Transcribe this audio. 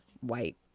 white